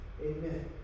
amen